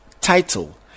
title